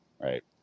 Right